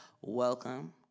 welcome